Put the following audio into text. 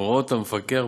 הוראות המפקח,